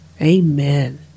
Amen